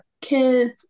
kids